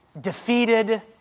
defeated